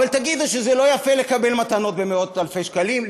אבל תגידו שזה לא יפה לקבל מתנות במאות אלפי שקלים,